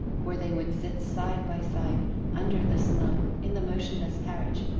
where they would sit side by side under the snow, in the motionless carriage,